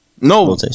No